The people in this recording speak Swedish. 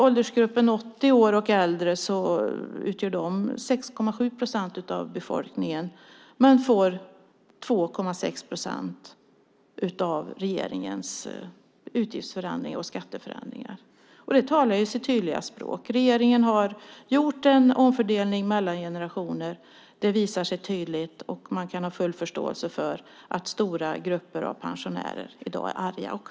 Åldersgruppen 80 år och äldre utgör 6,7 procent av befolkningen men får 2,6 procent av regeringens utgiftsförändringar och skatteförändringar. Det talar sitt tydliga språk. Regeringen har gjort en omfördelning mellan generationer. Det visar sig tydligt, och man kan ha full förståelse för att stora grupper av pensionärer i dag är arga.